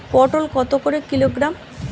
পটল কত করে কিলোগ্রাম?